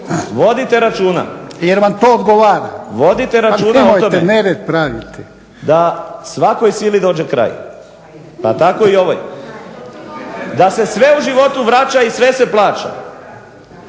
praviti. **Burić, Dinko (HDSSB)** Vodite računa da svakoj sili dođe kraj pa tako i ovoj. Da se sve u životu vraća i sve se plaća,